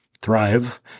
thrive